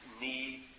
need